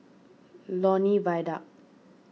Lornie Viaduct